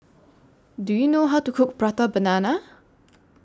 Do YOU know How to Cook Prata Banana